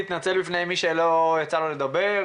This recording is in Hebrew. דבר שני להתנצל בפני מי שלא יצא לו לדבר.